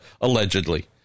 allegedly